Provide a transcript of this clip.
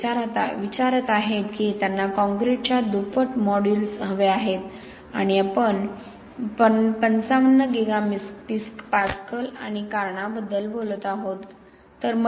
ते विचारत आहेत की त्यांना कॉंक्रिटच्या दुप्पट मॉड्यूलस हवे आहेत आपण 55 गिगा पास्कल आणि कारणाबद्दल बोलत आहोत